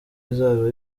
izaba